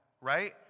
right